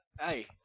hey